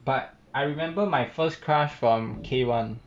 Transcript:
but I remember my first crush from K one